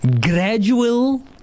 Gradual